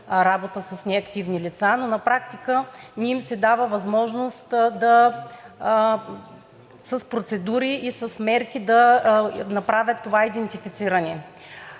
работа с неактивни лица, но на практика не им се дава възможност с процедури и с мерки да направят това идентифициране.